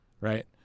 right